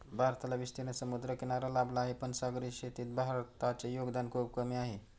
भारताला विस्तीर्ण समुद्रकिनारा लाभला आहे, पण सागरी शेतीत भारताचे योगदान खूप कमी आहे